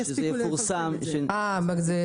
בהנחה שזה יפורסם עד אז.